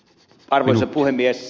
arvoisa puhemies